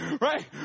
Right